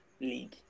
league